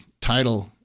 title